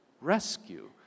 rescue